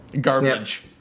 garbage